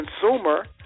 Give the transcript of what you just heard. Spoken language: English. consumer